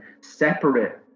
separate